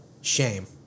Shame